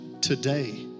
today